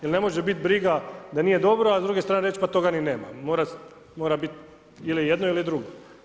Jer ne može biti briga da nije dobro a s druge strane reći pa toga ni nema mora biti ili jedno ili drugo.